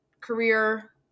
career